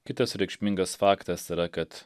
kitas reikšmingas faktas yra kad